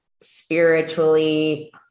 spiritually